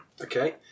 Okay